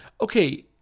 okay